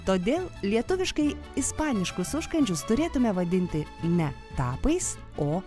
todėl lietuviškai ispaniškus užkandžius turėtumėme vadinti ne tapais o